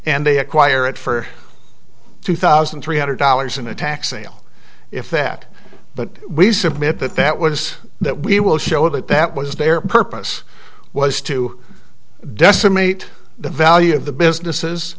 and they acquire it for two thousand three hundred dollars an attack sale if that but we submit that that was that we will show that that was their purpose was to decimate the value of the businesses